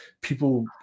people